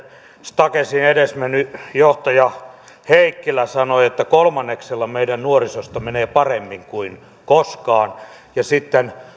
stakesin edesmennyt johtaja heikkilä sanoi että kolmanneksella meidän nuorisostamme menee paremmin kuin koskaan ja sitten lähes